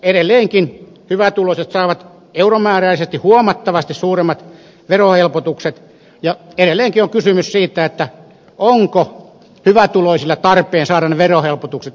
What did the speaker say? edelleenkin hyvätuloiset saavat euromääräisesti huomattavasti suuremmat verohelpotukset ja edelleenkin on kysymys siitä onko hyvätuloisille tarpeen saada ne verohelpotukset